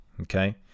okay